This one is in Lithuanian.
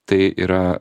tai yra